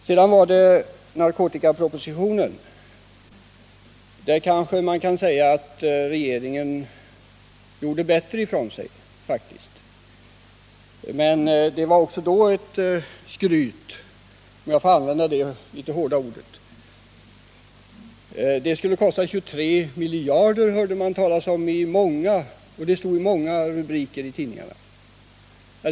Sedan gällde det narkotikapropositionen, där man kanske kan säga att regeringen faktiskt gjorde bättre ifrån sig. Men också då skröts det — om jag får använda det hårda ordet. Förslagen i propositionen skulle kosta 23 miljoner — det hörde man oftast talas om, och det stod i många rubriker i tidningarna.